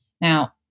Now